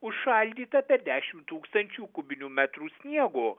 užšaldyta per dešimt tūkstančių kubinių metrų sniego